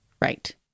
Right